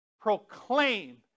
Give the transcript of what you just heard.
proclaim